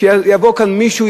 שיבוא לכאן מישהו,